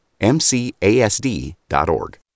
MCASD.org